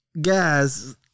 Guys